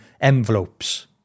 envelopes